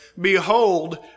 Behold